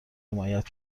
حمایت